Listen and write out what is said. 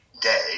day